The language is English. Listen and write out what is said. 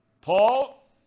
Paul